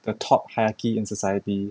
the top hierarchy in society